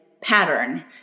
pattern